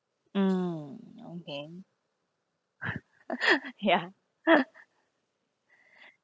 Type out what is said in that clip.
mm okay ya